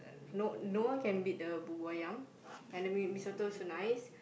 no no one can beat the bubur-ayam and the mee mee-soto also nice